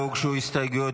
לא הוגשו הסתייגויות.